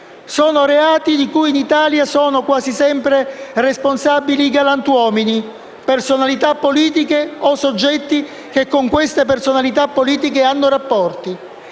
Sono reati di cui in Italia sono quasi sempre responsabili i galantuomini, le personalità politiche o i soggetti che con tali personalità hanno rapporti.